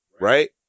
right